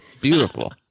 Beautiful